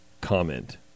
comment